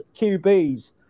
QBs